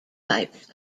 types